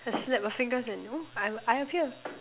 a snap of fingers and !woo! I I appear